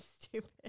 stupid